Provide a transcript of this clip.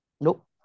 nope